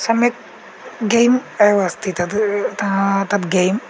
सम्यक् गेम् एव अस्ति तद् यतः तत् गेम्